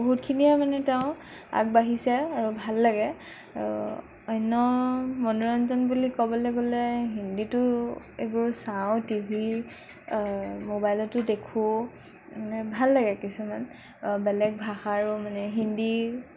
বহুতখিনিয়ে মানে তেওঁ আগবাঢ়িছে আৰু ভাল লাগে আৰু অন্য মনোৰঞ্জন বুলি ক'বলৈ গ'লে হিন্দীটো এইবোৰ চাওঁ টি ভি মোবাইলতো দেখোঁ মানে ভাল লাগে কিছুমান বেলেগ ভাষাৰো মানে হিন্দী